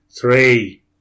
three